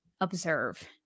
observe